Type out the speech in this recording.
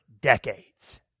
decades